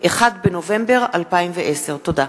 1 בנובמבר 2010. תודה.